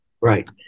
right